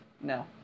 No